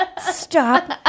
stop